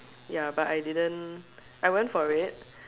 ya but I didn't I went for it